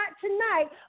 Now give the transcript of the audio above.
tonight